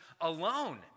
alone